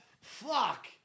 Fuck